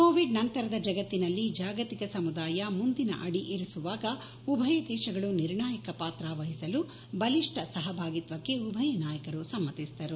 Covid ನಂತರದ ಜಗತ್ತಿನಲ್ಲಿ ಜಾಗತಿಕ ಸಮುದಾಯ ಮುಂದಿನ ಅಡಿ ಇರಿಸುವಾಗ ಉಭಯ ದೇಶಗಳು ನಿರ್ಣಾಯಕ ಪಾತ್ರ ವಹಿಸಲು ಬಲಿಷ್ಣ ಸಹಭಾಗಿತ್ವಕ್ಕೆ ಉಭಯ ನಾಯಕರು ಸಮ್ಮತಿಸಿದರು